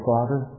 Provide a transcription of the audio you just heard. Father